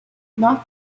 not